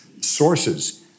sources